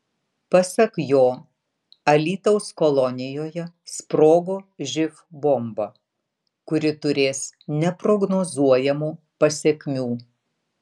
pasak jo alytaus kolonijoje sprogo živ bomba kuri turės neprognozuojamų pasekmių